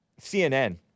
CNN